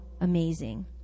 amazing